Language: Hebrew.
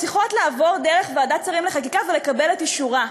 צריכות לעבור דרך ועדת השרים לחקיקה ולקבל את אישורה.